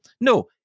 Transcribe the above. no